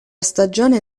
stagione